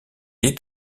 est